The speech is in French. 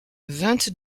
vingt